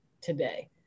today